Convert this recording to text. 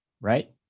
right